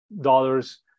dollars